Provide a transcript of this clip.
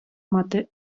мати